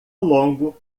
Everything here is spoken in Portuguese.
longo